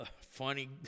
funny